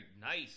nice